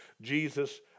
Jesus